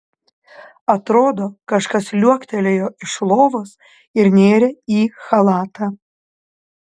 atrodo kažkas liuoktelėjo iš lovos ir nėrė į chalatą